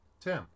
Tim